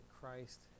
Christ